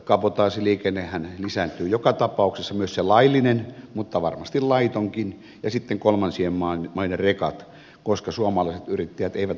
kabotaasiliikennehän lisääntyy joka tapauksessa myös se laillinen mutta varmasti laitonkin ja sitten kolmansien maiden rekat koska suomalaiset yrittäjät eivät voi tehdä riittävästi työtä